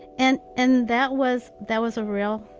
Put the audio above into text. and and that was that was a real,